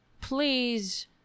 please